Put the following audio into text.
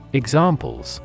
examples